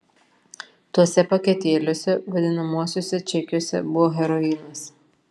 tuose paketėliuose vadinamuosiuose čekiuose buvo heroinas